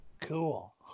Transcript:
Cool